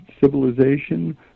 civilization